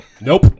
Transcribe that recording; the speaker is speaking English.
Nope